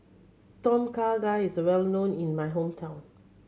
Tom Kha Gai is well known in my hometown